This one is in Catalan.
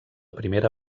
primera